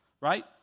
right